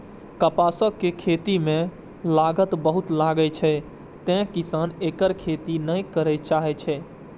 कपासक खेती मे लागत बहुत लागै छै, तें किसान एकर खेती नै करय चाहै छै